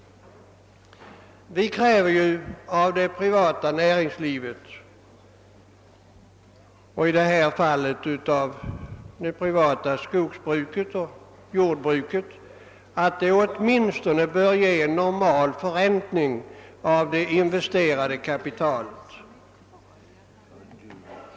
Vi kräver ju av det privata näringslivet, i det här fallet det privata skogsoch jorbruket, att det åtminstone bör ge en normal förräntning av det investerade kapitalet.